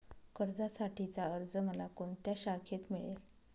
कर्जासाठीचा अर्ज मला कोणत्या शाखेत मिळेल?